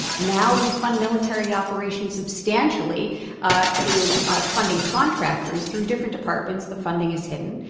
now we fund military operations substantially ah through funding contractors through different departments, the funding is hidden.